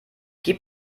gib